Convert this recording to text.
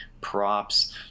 props